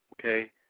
okay